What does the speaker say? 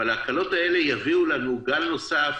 אבל ההקלות האלה יביאו לנו גל נוסף